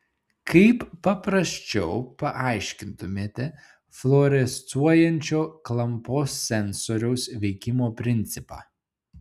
kaip paprasčiau paaiškintumėte fluorescuojančio klampos sensoriaus veikimo principą